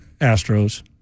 Astros